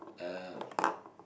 um